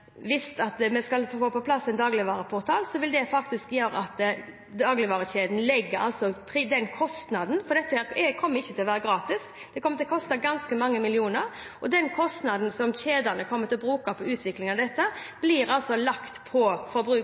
den kostnaden – for dette kommer ikke til å være gratis, det kommer til å koste ganske mange millioner – som dagligvarekjedene kommer til å få med utvikling av dette, blir lagt på